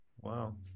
wow